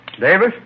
Davis